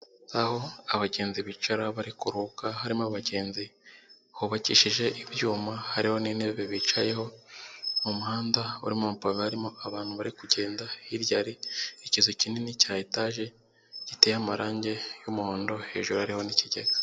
Aho abagenzi bicara bari kuruhuka harimo abagenzi hubakishije ibyuma hariho n'intebe bicayeho mu muhanda harimo abantu bari kugenda hirya hari ikizu kinini cya etaje giteye amarangi y'umuhondo hejuru hariho n'ikigega.